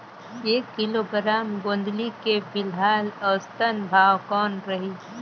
एक किलोग्राम गोंदली के फिलहाल औसतन भाव कौन रही?